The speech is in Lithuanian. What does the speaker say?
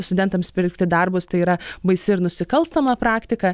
studentams pirkti darbus tai yra baisi ir nusikalstama praktika